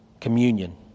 communion